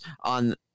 on